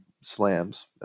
slams